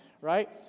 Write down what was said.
right